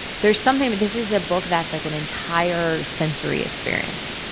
there's something but this is a book that's like an entire sensory experience.